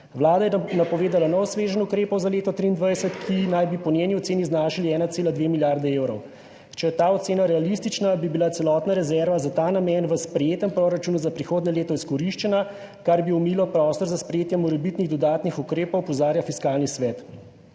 Vlada je napovedala nov sveženj ukrepov za leto 2023, ki naj bi po njeni oceni znašal 1,2 milijardi evrov. Če je ta ocena realistična, bi bila celotna rezerva za ta namen v sprejetem proračunu za prihodnje leto izkoriščena, kar bi omejilo prostor za sprejetje morebitnih dodatnih ukrepov, opozarja Fiskalni svet.